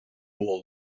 all